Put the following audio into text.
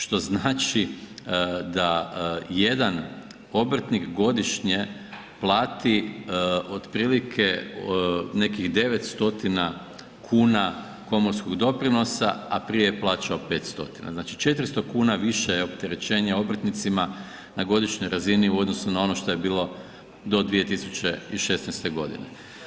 Što znači da jedan obrtnik godišnje plati otprilike nekih 9 stotina kuna komorskog doprinosa, a prije je plaćao 5 stotina, znači 400 kuna više je opterećenje obrtnicima na godišnjoj razini u odnosu na ono što je bilo do 2016. godine.